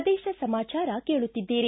ಪ್ರದೇಶ ಸಮಾಚಾರ ಕೇಳುತ್ತಿದ್ದೀರಿ